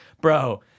Bro